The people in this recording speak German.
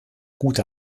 gute